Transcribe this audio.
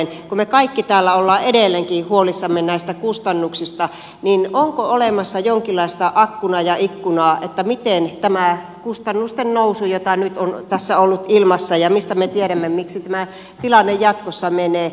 kun me kaikki täällä olemme edelleenkin huolissamme näistä kustannuksista niin onko olemassa jonkinlaista akkunaa ja ikkunaa että miten tämä kustannusten nousu jota nyt on tässä ollut ilmassa ja mistä me tiedämme miksi tämä tilanne jatkossa menee